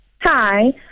Hi